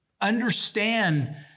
understand